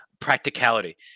Practicality